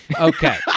Okay